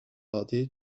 adi